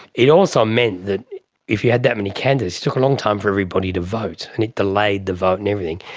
it also meant that if you had that many candidates it took a long time for everybody to vote and it delayed the vote and everything.